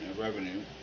revenue